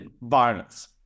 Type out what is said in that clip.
violence